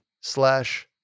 slash